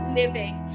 living